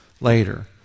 later